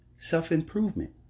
Self-improvement